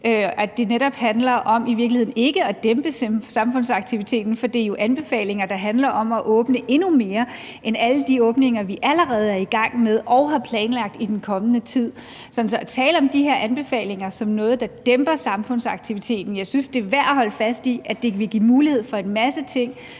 Det handler netop ikke om at dæmpe samfundsaktiviteten, for det er jo anbefalinger, der handler om at åbne endnu mere end alle de åbninger, vi allerede er i gang med og har planlagt i den kommende tid. Så når man taler om de her anbefalinger som noget, der dæmper samfundsaktiviteten, så synes jeg, det er værd at holde fast i, at det vil give mulighed for en masse ting,